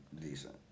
decent